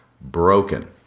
broken